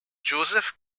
joseph